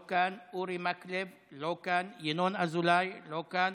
לא כאן, אורי מקלב, לא כאן, ינון אזולאי, לא כאן